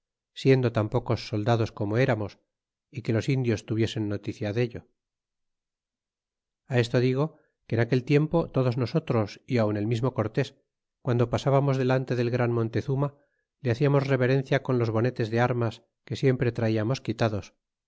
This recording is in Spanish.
siendo tan pocos soldados como eramos y que los indios tuviesen noticia dello a esto digo que en aquel tiempo todos nosotros y aun el mismo cortés guando pasábamos delante del gran montezuma le haciamos reverencia con los bonetes de armas que siempre traiamos quitados